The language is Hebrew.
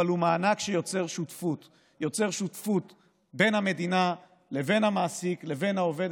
אבל הוא מענק שיוצר שותפות בין המדינה לבין המעסיק לבין העובדת,